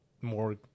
more